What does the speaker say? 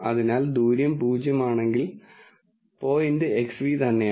അതിനാൽ ദൂരം പൂജ്യമാണെങ്കിൽ പോയിന്റ് Xν തന്നെയാണ്